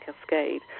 cascade